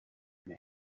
man